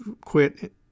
quit